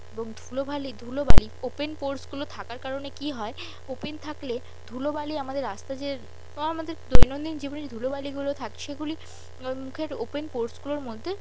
এবং ধুলোবালি ধুলোবালি ওপেন পোরসগুলো থাকার কারণে কী হয় ওপেন থাকলে ধুলোবালি আমাদের রাস্তা যে বা আমাদের দৈনন্দিন জীবনে যে ধুলোবালিগুলো থাকে সেগুলি মুখের ওপেন পোরসগুলোর মধ্যে